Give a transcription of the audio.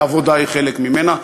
שהעבודה היא חלק ממנה.